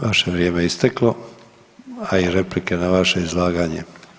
Vaše vrijeme je isteklo, a i replike na vaše izlaganje.